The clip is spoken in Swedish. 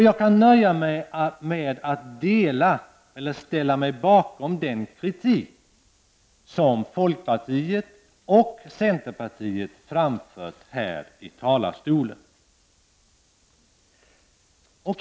Jag kan nöja mig med att dela den kritik som folkpartiet och centern framfört här i talarstolen.